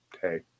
hey